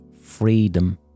freedom